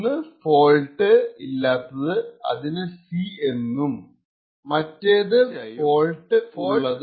ഒന്ന് ഫോൾട്ട് ഇല്ലാത്തത് അതിനെ C എന്നും മറ്റേതു ഫോൾട്ട് ഉള്ളത് അതിനെ C എന്നും വിളിക്കാം